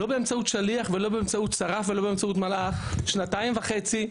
לא באמצעות שליח ולא באמצעות ש רף ולא באמצעות מלאך שנתיים וחצי,